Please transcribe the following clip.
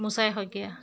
Mochai Saikia